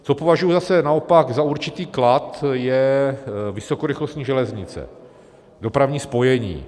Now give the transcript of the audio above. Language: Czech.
Co považuji zase naopak za určitý klad, je vysokorychlostní železnice, dopravní spojení.